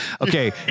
Okay